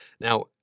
Now